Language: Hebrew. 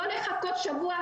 לא לחכות שבוע,